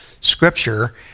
scripture